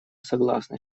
согласны